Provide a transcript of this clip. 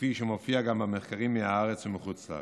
כפי שמופיע גם במחקרים מהארץ ומחוץ לארץ.